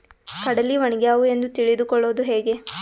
ಕಡಲಿ ಒಣಗ್ಯಾವು ಎಂದು ತಿಳಿದು ಕೊಳ್ಳೋದು ಹೇಗೆ?